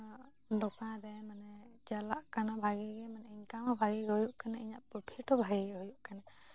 ᱫᱚᱠᱟᱱ ᱨᱮ ᱢᱟᱱᱮ ᱪᱟᱞᱟᱜ ᱠᱟᱱᱟ ᱵᱷᱟᱜᱮ ᱜᱮ ᱢᱟᱱᱮ ᱤᱱᱠᱟᱢ ᱦᱚᱸ ᱵᱷᱟᱜᱮ ᱜᱮ ᱦᱩᱭᱩᱜ ᱠᱟᱱᱟ ᱤᱧᱟᱹᱜ ᱯᱨᱚᱯᱷᱤᱴ ᱦᱚᱸ ᱵᱷᱟᱜᱮ ᱦᱳᱭᱳᱜ ᱠᱟᱱᱟ